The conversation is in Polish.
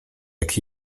jak